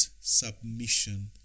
submission